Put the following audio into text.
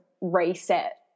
reset